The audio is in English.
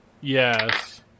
Yes